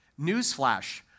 Newsflash